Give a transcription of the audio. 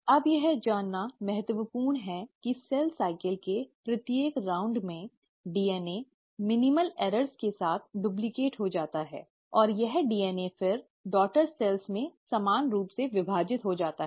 अब यह जानना महत्वपूर्ण है कि कोशिका चक्र के प्रत्येक दौर में डीएनए न्यूनतम त्रुटियों के साथ डुप्लिकेट हो जाता है और यह डीएनए फिर डॉटर सेल्स में समान रूप से विभाजित हो जाता है